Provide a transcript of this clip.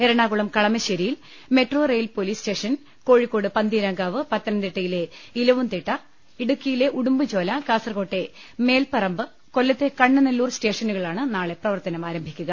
എറണാകുളം കളമശേരിയിൽ metro rail police station Kozhikode Pantheerankavu പത്തനം തിട്ടയിലെ ഇലവുംതിട്ട ഇടുക്കിയിലെ ഉടുമ്പുംചോല കാസർകോട്ടെ മേൽപ റമ്പ് കൊല്ലത്തെ കണ്ണനല്ലൂർ സ്റ്റേഷനുകളാണ് നാളെ പ്രവർത്തനമാരംഭിക്കുക